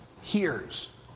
hears